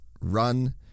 run